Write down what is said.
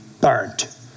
Burnt